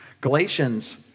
Galatians